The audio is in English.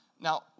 Now